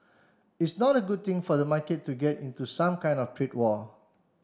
it's not a good thing for the market to get into some kind of trade war